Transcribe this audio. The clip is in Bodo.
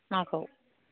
माखौ